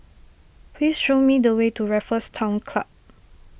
please show me the way to Raffles Town Club